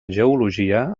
geologia